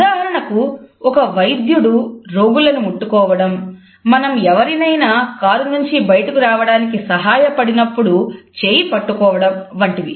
ఉదాహరణకు ఒక వైద్యుడు రోగులను ముట్టుకోవడం మనం ఎవరినైనా కారులో నుంచి బయటకు రావడానికి సహాయపడిన పడినప్పుడు చేయి పట్టుకోవడం వంటివి